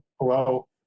hello